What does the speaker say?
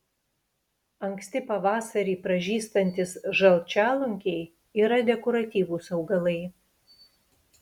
anksti pavasarį pražystantys žalčialunkiai yra dekoratyvūs augalai